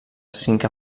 cinc